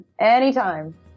anytime